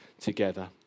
together